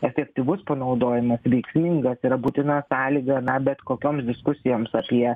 efektyvus panaudojimas veiksmingas yra būtina sąlyga na bet kokioms diskusijoms apie